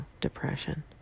depression